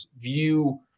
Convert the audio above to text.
view